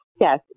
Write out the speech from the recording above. Yes